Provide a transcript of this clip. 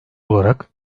olarak